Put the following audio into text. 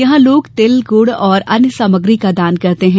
यहां लोग तिलगुड़ और अन्य सामग्री का दान करते है